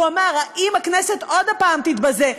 הוא אמר: האם הכנסת עוד פעם תתבזה?